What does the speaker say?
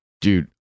Dude